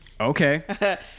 Okay